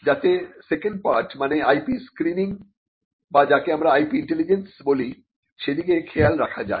যাতে second part মানে IP screening বা যাকে আমরা IP ইন্টেলিজেন্স বলি সেদিকে খেয়াল রাখা যায়